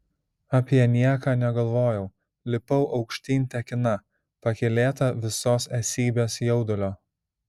apie nieką negalvojau lipau aukštyn tekina pakylėta visos esybės jaudulio